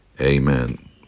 amen